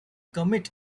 commit